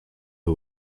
who